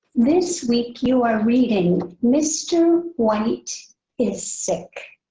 this week you are reading mr. white is sick.